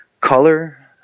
color